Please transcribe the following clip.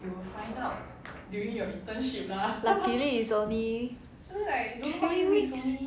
luckily is only like three weeks